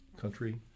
country